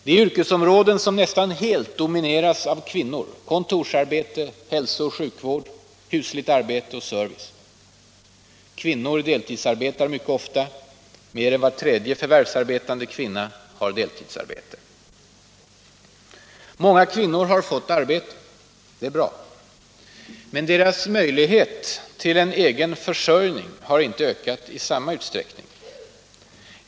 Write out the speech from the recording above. Det är yrkesområden som nästan helt domineras av kvinnor —- kontorsarbete, hälso och sjukvård, husligt arbete och service. Kvinnor deltidsarbetar mycket ofta — mer än var tredje förvärvsarbetande kvinna har deltidsarbete. Många kvinnor har fått arbete. Det är bra. Men deras möjligheter till egen försörjning har inte ökat i samma grad.